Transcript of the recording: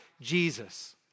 Jesus